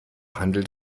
handelt